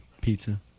Pizza